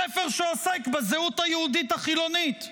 ספר שעוסק בזהות היהודית החילונית,